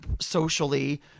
Socially